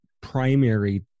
primary